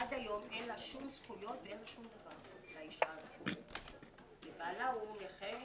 עד היום אין לה שום זכויות ואין לה שום דבר כי בעלה הוא נכה.